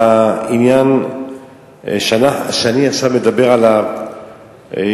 בעניין שאני מדבר עליו עכשיו,